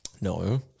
No